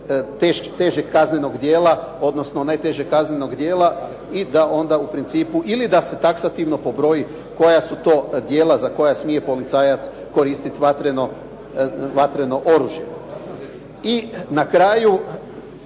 težeg kaznenog djela, odnosno najtežeg kaznenog djela i da onda u principu ili da se taksativno pobroji koja su to djela za koja smije policajac koristiti vatreno oružje. I na kraju